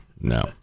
no